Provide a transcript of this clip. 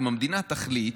אם המדינה תחליט,